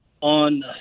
on